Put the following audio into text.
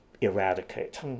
eradicate